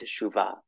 teshuvah